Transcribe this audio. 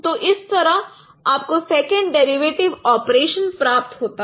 तो इस तरह आपको सेकंड डेरिवेटिव ऑपरेशन प्राप्त होता है